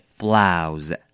blouse 。